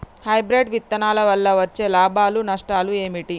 Hybrid విత్తనాల వల్ల వచ్చే లాభాలు నష్టాలు ఏమిటి?